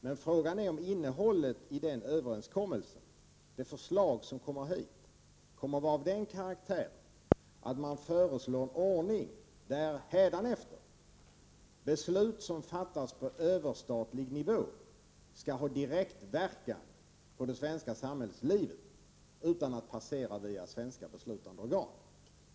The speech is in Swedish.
Men frågan är om innehållet i det förslag till överenskommelse som kommer att föreläggas riksdagen är av den karaktären att man föreslår en ordning som innebär att därefter beslut som fattas på överstatlig nivå skall ha direktverkan på det svenska samhällslivet utan att passera svenska beslutande organ.